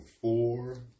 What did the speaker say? four